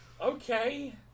okay